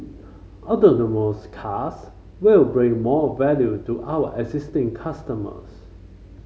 autonomous cars will bring more value to our existing customers